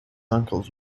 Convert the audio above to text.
uncles